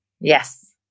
Yes